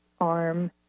arm